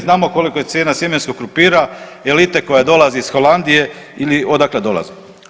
Znamo koliko je cijena sjemenskog krumpira Elite koji dolazi iz Holandije ili odakle dolazi.